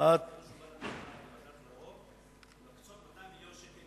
היא להקצות 200 מיליון שקל